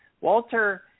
Walter